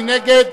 מי נגד?